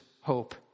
hope